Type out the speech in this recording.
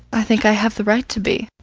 i think i have the right to be.